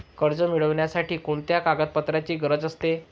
कर्ज मिळविण्यासाठी कोणत्या कागदपत्रांची गरज असते?